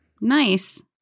Nice